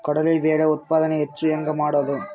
ಕಡಲಿ ಬೇಳೆ ಉತ್ಪಾದನ ಹೆಚ್ಚು ಹೆಂಗ ಮಾಡೊದು?